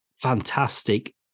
fantastic